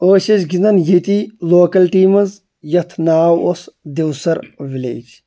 أسۍ ٲسۍ گِنٛدان ییٚتی لوکیلٹی منٛز یَتھ ناو اوس دِوسَر وِلیج